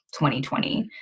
2020